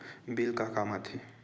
Bill का काम आ थे?